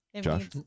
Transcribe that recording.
Josh